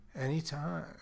anytime